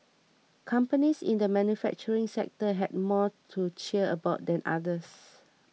companies in the manufacturing sector had more to cheer about than others